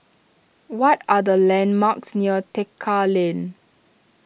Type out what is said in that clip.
what are the landmarks near Tekka Lane